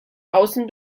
außen